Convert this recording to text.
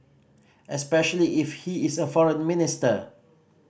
especially if he is a foreign minister